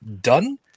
done